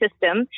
system